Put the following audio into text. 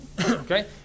okay